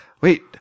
wait